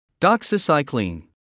doxycycline